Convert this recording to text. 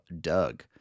Doug